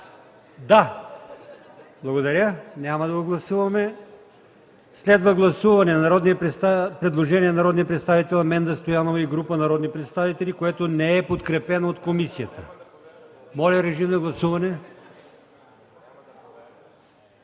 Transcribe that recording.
благодаря. Няма да го гласуваме. Следва гласуване на предложението на народния представител Менда Стоянова и група народни представители, което не е подкрепено от комисията. Моля, гласувайте.